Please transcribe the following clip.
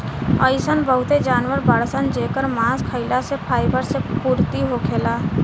अइसन बहुते जानवर बाड़सन जेकर मांस खाइला से फाइबर मे पूर्ति होखेला